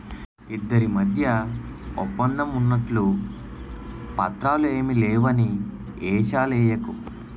ఇద్దరి మధ్య ఒప్పందం ఉన్నట్లు పత్రాలు ఏమీ లేవని ఏషాలెయ్యకు